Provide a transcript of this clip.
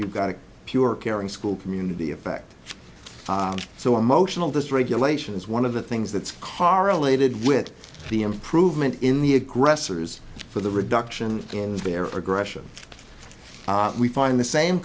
you've got a pure caring school community effect so emotional this regulation is one of the things that's correlated with the improvement in the aggressors for the reduction in their progression we find the same